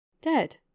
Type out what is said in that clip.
Dead